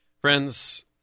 Friends